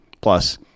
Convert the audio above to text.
Plus